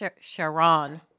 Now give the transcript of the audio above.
Sharon